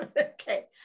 okay